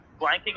blanking